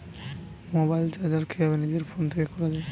Mobile recharge কিভাবে নিজের phone থেকে করা য়ায়?